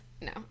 No